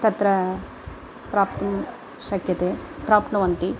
तत्र प्राप्तुं शक्यते प्राप्नुवन्ति